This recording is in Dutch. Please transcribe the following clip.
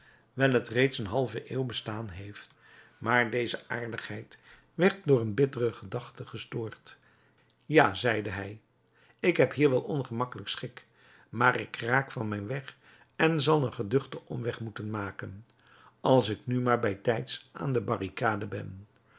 wijl het reeds een halve eeuw bestaan heeft maar deze aardigheid werd door een bittere gedachte gestoord ja zeide hij ik heb hier wel ongemakkelijk schik maar ik raak van mijn weg en zal een geduchten omweg moeten maken als ik nu maar bijtijds aan de barricade ben